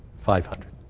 five hundred.